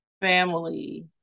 family